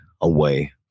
away